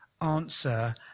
answer